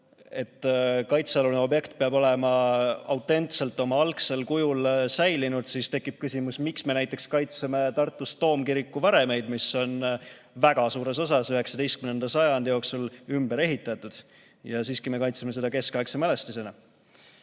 Kui kaitsealune objekt peab olema autentselt oma algsel kujul säilinud, siis tekib küsimus, miks me näiteks kaitseme Tartus toomkiriku varemeid, mis on väga suures osas 19. sajandi jooksul ümber ehitatud, aga siiski me kaitseme seda keskaegse mälestisena. Kui